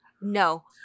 No